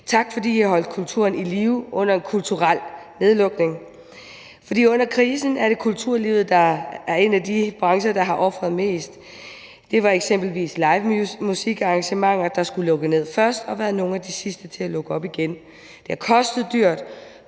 Tak, fordi I har holdt kulturen i live under en kulturel nedlukning. For under krisen er det kulturlivet, der er en af de brancher, der har ofret mest. Det var eksempelvis livemusikarrangementer, der skulle lukke ned først, og som har været nogle af de sidste til at åbne op igen. Det har kostet dyrt,